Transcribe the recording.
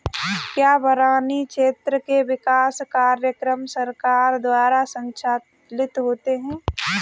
क्या बरानी क्षेत्र के विकास कार्यक्रम सरकार द्वारा संचालित होते हैं?